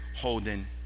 holding